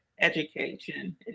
education